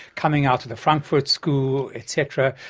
coming out of the frankfurt school, etc,